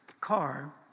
car